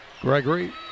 Gregory